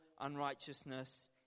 unrighteousness